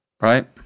right